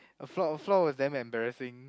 floor floor was damn embarrassing